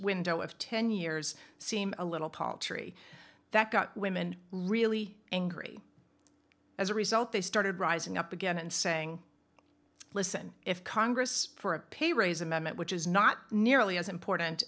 window of ten years seem a little paltry that got women really angry as a result they started rising up again and saying listen if congress for a pay raise amendment which is not nearly as important